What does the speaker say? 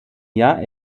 jahr